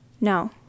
No